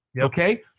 Okay